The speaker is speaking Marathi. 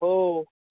हो